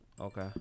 Okay